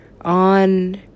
on